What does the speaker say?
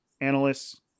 analysts